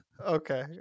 Okay